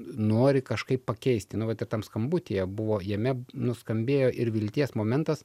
nori kažkaip pakeisti nu vat ir tam skambutyje buvo jame nuskambėjo ir vilties momentas